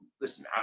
listen